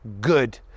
good